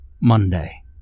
Monday